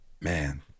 Man